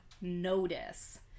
notice